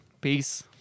Peace